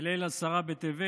בליל עשרה בטבת